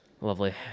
Lovely